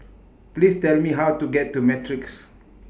Please Tell Me How to get to Matrix